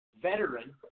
veteran